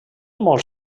molt